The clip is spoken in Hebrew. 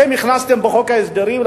אתם הכנסתם בחוק ההסדרים,